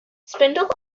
spindle